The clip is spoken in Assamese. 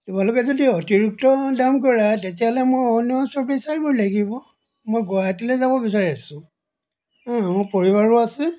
তোমালোকে যদি অতিৰিক্ত দাম কৰা তেতিয়াহ'লে মই অইনৰ ওচৰত বিচাৰিব লাগিব মই গুৱাহাটীলৈ যাব বিচাৰিছোঁ মোৰ পৰিবাৰো আছে